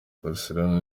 barcelona